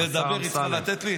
לדבר היא צריכה לתת לי?